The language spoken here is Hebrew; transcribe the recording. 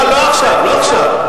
לא עכשיו, לא עכשיו.